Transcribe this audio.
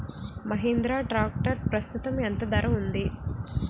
Mahindra tractor ప్రస్తుతం ఎంత ధర ఉంది?